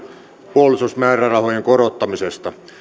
puolustusmäärärahojen korottamisesta